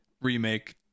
Remake